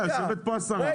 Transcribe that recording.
יושבת פה השרה,